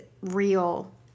real